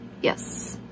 yes